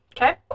Okay